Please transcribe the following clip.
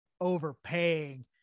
overpaying